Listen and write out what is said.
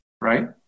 right